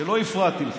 שלא הפרעתי לך.